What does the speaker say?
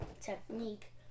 technique